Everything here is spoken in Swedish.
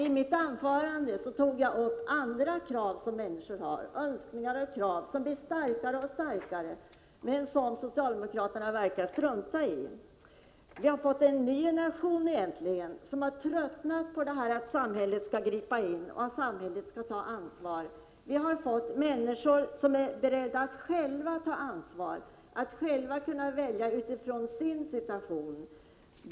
I mitt huvudanförande tog jag upp önskningar och krav som människor har och som blir starkare och starkare men som socialdemokraterna verkar strunta i. Vi har fått en ny generation som har tröttnat på att samhället skall gripa in och ta ansvar. Vi har fått människor som är beredda att själva ta ansvar, att själva välja utifrån sin situation.